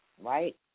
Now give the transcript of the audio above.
Right